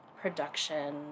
production